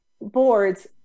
boards